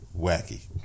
wacky